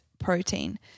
protein